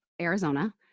Arizona